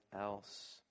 else